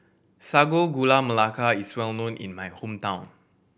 Sago Gula Melaka is well known in my hometown